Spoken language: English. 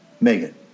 Megan